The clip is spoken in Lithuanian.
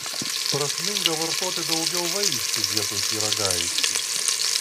prasminga vartoti daugiau vaisių vietoj pyragaičių